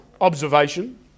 observation